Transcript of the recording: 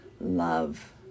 love